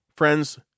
Friends